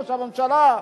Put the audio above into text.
ראש הממשלה,